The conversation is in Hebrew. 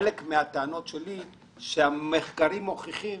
המחקרים מוכיחים